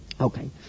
Okay